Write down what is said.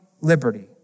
liberty